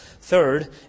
third